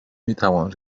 میتوان